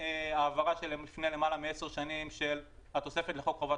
מהעברה של לפני למעלה מעשר שנים של התוספת לחוק חובת